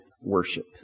worship